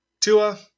Tua